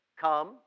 Come